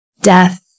death